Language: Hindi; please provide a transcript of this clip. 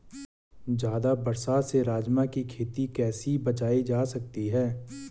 ज़्यादा बरसात से राजमा की खेती कैसी बचायी जा सकती है?